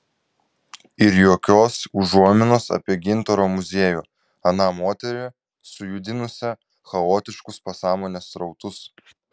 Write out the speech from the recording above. ir jokios užuominos apie gintaro muziejų aną moterį sujudinusią chaotiškus pasąmonės srautus